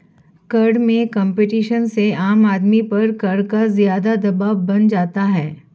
कर में कम्पटीशन से आम आदमी पर कर का ज़्यादा दवाब बन जाता है